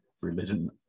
Religion